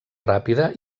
ràpida